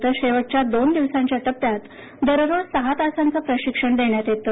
तर शेवटचा दोन दिवसांच्या टप्प्यात दरोज सहा तासांचे प्रशिक्षण दिलं जातं